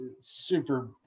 super